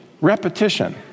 repetition